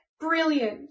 brilliant